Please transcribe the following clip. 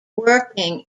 working